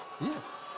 Yes